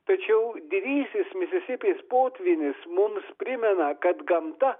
tačiau didysis misisipės potvynis mums primena kad gamta